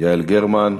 יעל גרמן.